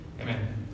Amen